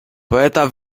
poeta